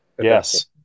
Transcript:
Yes